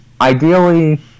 ideally